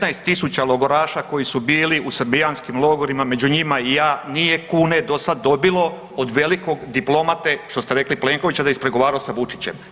15000 logoraša koji su bili u srbijanskim logorima među njima i ja nije kune do sad dobilo od velikog diplomate što ste rekli Plenković da je ispregovarao sa Vučićem.